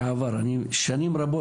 מזה שנים רבות,